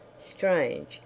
Strange